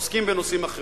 עוסקים בנושא אחר.